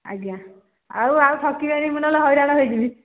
ଆଜ୍ଞା ଆଉ ଆଉ ଠକିବେନି ମୁଁ ନହେଲେ ହଇରାଣ ହେଇଯିବି